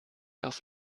auf